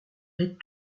est